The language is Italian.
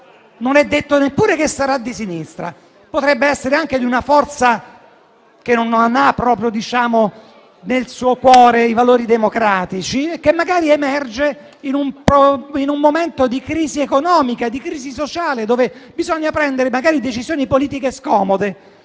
non è detto neppure che sarà di sinistra; potrebbe essere anche di una forza che non ha nel suo cuore i valori democratici e che magari emerge in un momento di crisi economica e sociale, dove bisogna prendere decisioni politiche scomode.